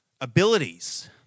abilities